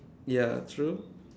ya true